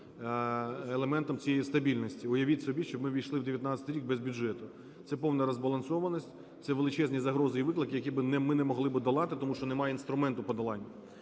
елементом цієї стабільності. Уявіть собі, щоб ми ввійшли в 19-й рік без бюджету. Це повна розбалансованість, це величезні загрози і виклики, які би ми не могли би долати, тому що немає інструменту подолань.